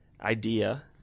idea